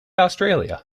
australia